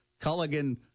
Culligan